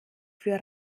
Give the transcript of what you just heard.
für